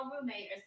roommate